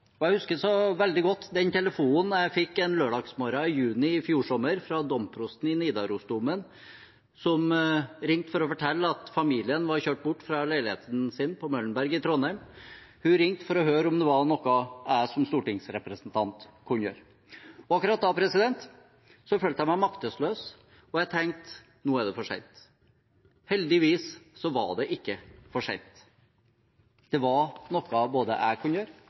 seg. Jeg husker så veldig godt den telefonen jeg fikk en lørdag morgen i juni i fjor sommer fra domprosten i Nidarosdomen, som ringte for å fortelle at familien var kjørt bort fra leiligheten sin på Møllenberg i Trondheim. Hun ringte for å høre om det var noe jeg som stortingsrepresentant kunne gjøre. Akkurat da følte jeg meg maktesløs, og jeg tenkte: Nå er det for sent. Heldigvis var det ikke for sent. Det var noe både jeg og andre kunne gjøre.